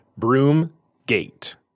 Broomgate